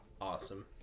awesome